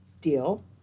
deal